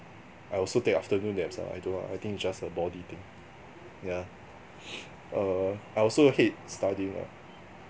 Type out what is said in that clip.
I also take afternoon naps lah I don't know ah I think it's just a body thing yeah err I also hate studying ah